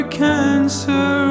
cancer